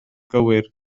gywir